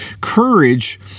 Courage